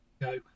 go